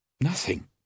nothing